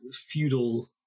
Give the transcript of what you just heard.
feudal